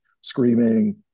screaming